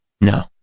no